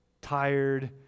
tired